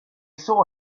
saw